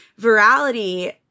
Virality